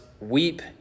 weep